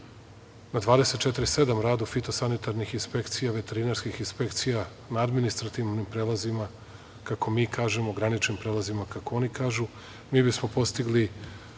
na 247, radu fitosanitarnih inspekcija , veterinarskih inspekcija, na administrativnim prelazima, kako mi kažemo, graničnim prelazima kako oni kažu, mi bismo postigli